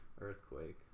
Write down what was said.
earthquake